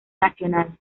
nacional